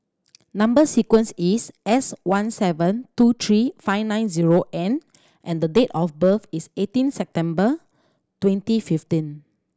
number sequence is S one seven two three five nine zero N and the date of birth is eighteen September twenty fifteen